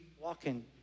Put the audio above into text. walking